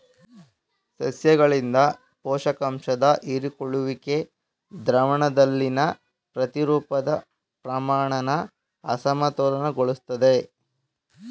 ಸಸ್ಯಗಳಿಂದ ಪೋಷಕಾಂಶದ ಹೀರಿಕೊಳ್ಳುವಿಕೆ ದ್ರಾವಣದಲ್ಲಿನ ಪ್ರತಿರೂಪದ ಪ್ರಮಾಣನ ಅಸಮತೋಲನಗೊಳಿಸ್ತದೆ